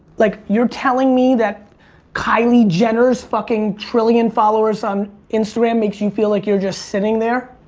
like you're telling me that kylie jenner's fucking trillion followers on instagram makes you feel like you're just sitting there?